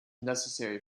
necessary